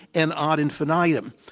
and ad infinitum.